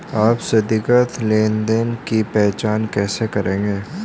आप संदिग्ध लेनदेन की पहचान कैसे करेंगे?